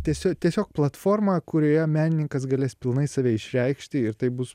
tiesio tiesiog platforma kurioje menininkas galės pilnai save išreikšti ir tai bus